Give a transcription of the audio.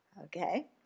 okay